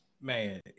Man